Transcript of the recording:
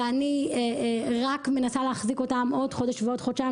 ואני רק מנסה להחזיק אותם עוד חודש ועוד חודשיים,